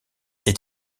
est